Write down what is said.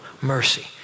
mercy